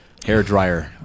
hairdryer